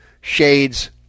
Shades